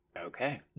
Okay